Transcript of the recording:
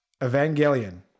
Evangelion